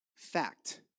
fact